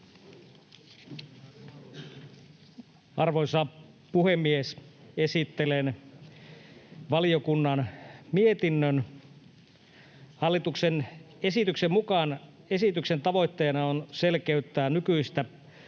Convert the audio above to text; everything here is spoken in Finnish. Arvoisa puhemies! Esittelen valiokunnan mietinnön. Hallituksen esityksen mukaan esityksen tavoitteena on selkeyttää nykyistä pakolliseen